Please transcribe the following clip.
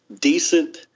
decent